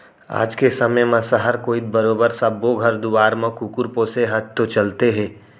आज के समे म सहर कोइत बरोबर सब्बो घर दुवार म कुकुर पोसे ह तो चलते हे